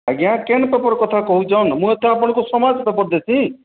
ଆଜ୍ଞା କେନ୍ ପେପର୍ କଥା କହୁଛନ୍ ମୁଁ ତ ଆପଣଙ୍କୁ ସମାଜ ପେପର୍ ଦେସି